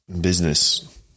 business